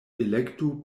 elektu